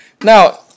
Now